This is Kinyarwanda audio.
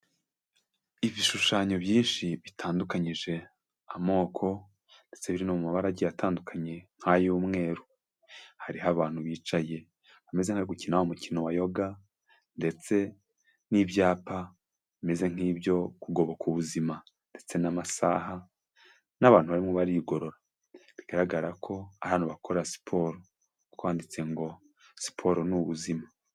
Ibishushanyo byinshi bitandukanyije amoko ndetse biri no mu mabarage atandukanye nk'ay'umweru, hariho abantu bicaye bameze nkabari gukina wa mukino wa yoga ndetse n'ibyapa bimeze nk'ibyo kugoboka ubuzima ndetse n'amasaha n'abantu barimo barigorora, bigaragara ko hari abakora siporo, kuko handitse ngo siporo ni ubuzima.